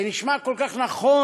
זה נשמע כל כך נכון.